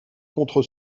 contre